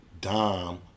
dom